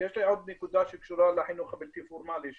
יש לי עוד נקודה שקשורה לחינוך הבלתי פורמלי.